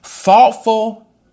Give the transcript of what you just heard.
Thoughtful